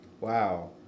Wow